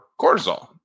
cortisol